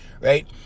right